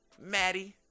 Maddie